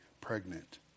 pregnant